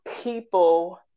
people